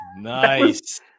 Nice